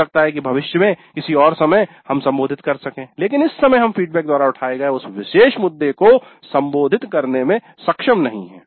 हो सकता है कि भविष्य में किसी और समय हम संबोधित कर सकें लेकिन इस समय हम फीडबैक द्वारा उठाए गए उस विशेष मुद्दे को संबोधित करने में सक्षम नहीं हैं